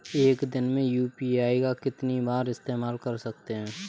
एक दिन में यू.पी.आई का कितनी बार इस्तेमाल कर सकते हैं?